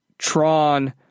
Tron